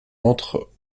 entre